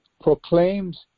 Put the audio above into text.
proclaims